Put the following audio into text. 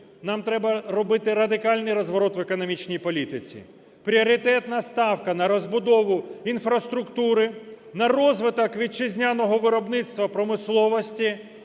Нам треба робити радикальний розворот в економічній політиці. Пріоритетна ставка на розбудову інфраструктури, на розвиток вітчизняного виробництва, промисловості